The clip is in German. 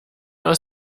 aus